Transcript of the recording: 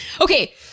Okay